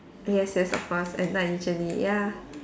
yes yes of course at night usually ya